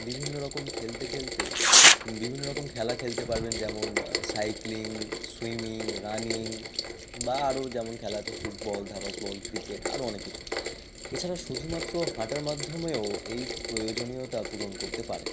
বিভিন্ন রকম খেলতে খেলতে বিভিন্ন রকম খেলা খেলতে পারবেন যেমন সাইক্লিং সুইমিং রানিং বা আরোও যেমন খেলা আছে ফুটবল ধাবাস বল ক্রিকেট আরও অনেক কিছু এছাড়া শুধুমাত্র হাঁটার মাধ্যমেও এই প্রয়োজনীয়তা পূরণ করতে পারেন